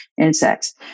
insects